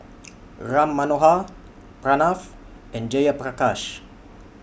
Ram Manohar Pranav and Jayaprakash